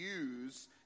use